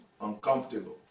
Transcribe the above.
uncomfortable